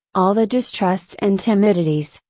all the distrusts and timidities,